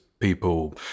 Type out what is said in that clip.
people